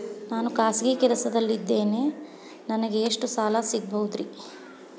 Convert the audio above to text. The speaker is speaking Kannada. ನಾನು ಖಾಸಗಿ ಕೆಲಸದಲ್ಲಿದ್ದೇನೆ ನನಗೆ ಎಷ್ಟು ಸಾಲ ಸಿಗಬಹುದ್ರಿ?